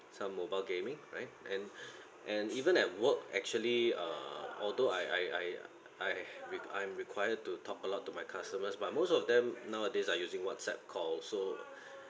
some mobile gaming right and and even at work actually err although I I I I re~ I'm required to talk a lot to my customers but most of them nowadays are using whatsapp call so